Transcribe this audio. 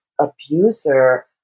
abuser